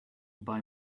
buy